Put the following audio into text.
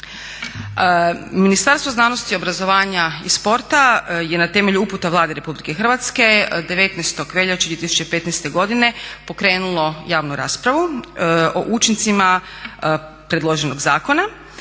Ministarstvo znanosti, obrazovanja i sporta je na temelju uputa Vladi Republike Hrvatske 19. veljače 2015. godine pokrenulo javnu raspravu o učincima predloženog zakona